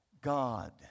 God